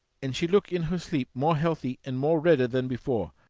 and she look in her sleep more healthy and more redder than before.